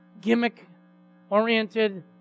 gimmick-oriented